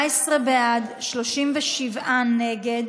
בעד, 37 נגד.